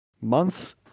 month